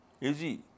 easy